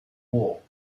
war